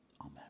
Amen